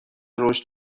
رشد